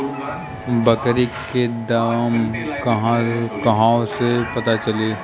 बकरी के दाम कहवा से पता चली?